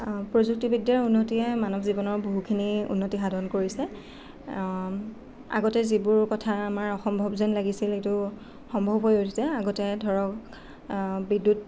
প্ৰযুক্তিবিদ্যাৰ উন্নতিয়ে মানৱ জীৱনৰ বহুখিনি উন্নতি সাধন কৰিছে আগতে যিবোৰ কথা আমাৰ অসম্ভৱ যেন লাগিছিল সেইটো সম্ভৱ হৈ উঠিছে আগতে ধৰক বিদ্যুত